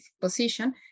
position